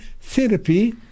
therapy